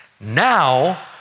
Now